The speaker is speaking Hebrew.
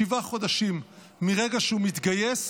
שבעה חודשים מהרגע שהוא מתגייס